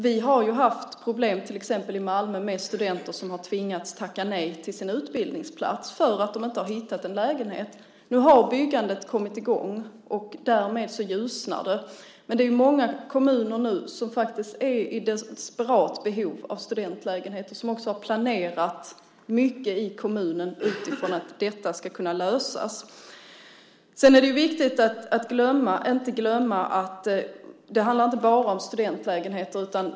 Vi har ju haft problem, till exempel i Malmö, med studenter som har tvingats tacka nej till sin utbildningsplats därför att de inte har hittat en lägenhet. Nu har byggandet kommit i gång, och därmed ljusnar det. Det är dock många kommuner som nu är i desperat behov av studentlägenheter och som också har planerat mycket i kommunen utifrån att detta ska kunna lösas. Vi får inte heller glömma att det inte bara handlar om studentlägenheter.